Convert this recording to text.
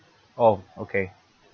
oh okay